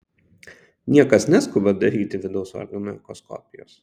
niekas neskuba daryti vidaus organų echoskopijos